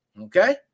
Okay